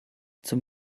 zum